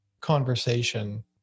conversation